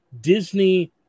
Disney